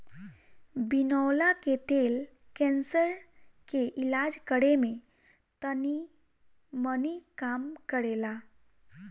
बिनौला के तेल कैंसर के इलाज करे में तनीमनी काम करेला